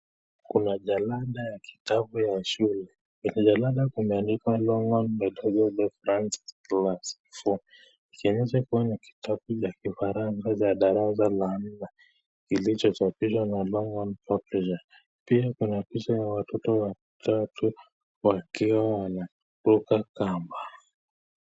Kuna jalada ya kitabu ya shule. Juu ya jalada kumeandikwa Longhorn methode de Francais Class Four. Ikionyesha kuwa ni kitabu ya kifaransa darasa la nne kilichochapishwa na Longhorn Publishers. Pia kuna picha ya watoto watatu wakiwa wanakuruka kamba.